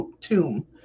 tomb